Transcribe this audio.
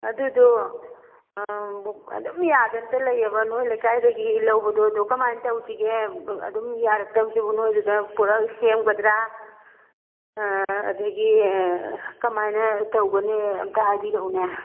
ꯑꯗꯨꯗꯨ ꯑꯗꯨꯝ ꯌꯥꯗꯗꯅꯇ ꯂꯩꯌꯦꯕ ꯅꯣꯏ ꯂꯩꯀꯥꯏꯗꯒꯤ ꯂꯧꯕꯗꯣ ꯑꯗꯣ ꯀꯃꯥꯏꯅ ꯇꯧꯁꯤꯒꯦ ꯑꯗꯨꯝ ꯌꯥꯔꯛꯇꯕꯁꯤꯕꯨ ꯅꯈꯣꯏ ꯑꯗꯨꯗ ꯄꯨꯔꯛꯑꯒ ꯁꯦꯝꯒꯗ꯭ꯔ ꯑꯗꯨꯗꯒꯤ ꯀꯃꯥꯏꯅ ꯇꯧꯒꯅꯤ ꯑꯃꯨꯛꯇ ꯍꯥꯏꯕꯤꯔꯛꯎꯅꯦ